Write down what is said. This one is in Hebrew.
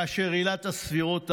כאשר עילת הסבירות עברה,